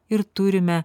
ir turime